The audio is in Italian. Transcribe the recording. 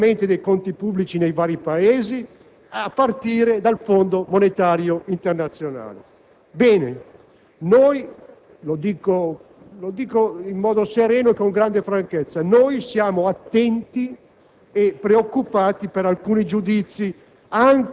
che si occupano di previsioni, che studiano gli andamenti dei conti pubblici nei vari Paesi, a partire dal Fondo monetario internazionale. Siamo attenti e preoccupati - lo dico in modo sereno e con grande franchezza - per alcuni